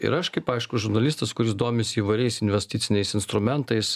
ir aš kaip aišku žurnalistas kuris domisi įvairiais investiciniais instrumentais